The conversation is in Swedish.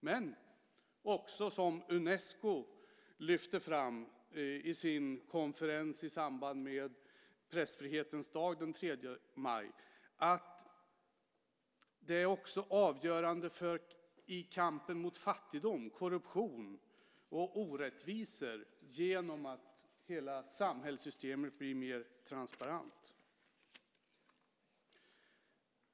Men det är också, som Unesco lyfte fram i sin konferens i samband med pressfrihetens dag den 3 maj, avgörande för kampen mot fattigdom, korruption och orättvisor genom att hela samhällssystemet blir mer transparent.